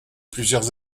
plusieurs